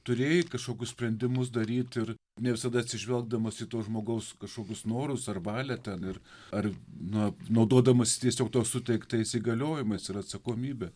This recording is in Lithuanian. turėjai kažkokius sprendimus daryt ir ne visada atsižvelgdamas į tuos žmogaus kažkokius norus ar valią ten ir ar na naudodamasis tiesiog tau suteiktais įgaliojimais ir atsakomybe